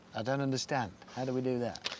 and and understand. how do we do that?